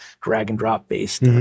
drag-and-drop-based